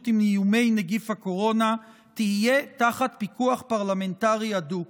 עם איומי נגיף הקורונה תהיה תחת פיקוח פרלמנטרי הדוק